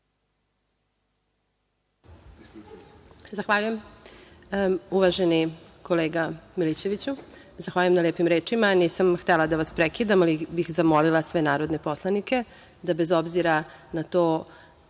Zahvaljujem, uvaženi kolega Milićeviću. Zahvaljujem na lepim rečima, a nisam htela da vas prekidam, ali bih zamolila sve narodne poslanike da bez obzira na to